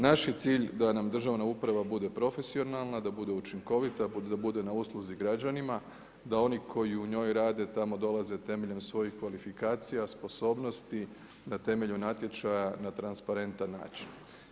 Naš je cilj da nam državna uprava, bude profesionalna, da bude učinkovita, da bude na usluzi građanima, da oni koji u njoj rade tamo dolaze temeljem svojih kvalifikacija, sposobnosti na temelju natječaja, na transparentan način.